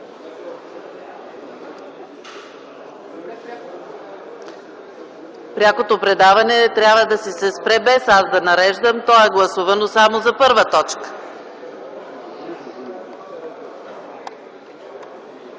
Прякото предаване трябва да се спре без аз да нареждам. То е гласувано само за първа точка.